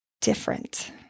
different